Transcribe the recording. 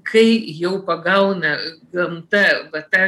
kai jau pagauna gamta va tą